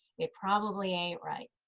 it probably ain't right.